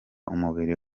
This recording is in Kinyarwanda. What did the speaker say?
umubiri